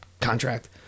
contract